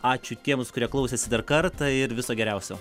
ačiū tiems kurie klausėsi dar kartą ir viso geriausio